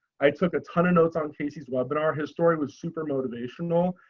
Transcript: i took a ton of notes on casey's webinar, his story was super motivational.